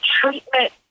treatment